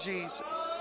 Jesus